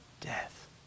death